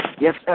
Yes